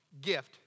gift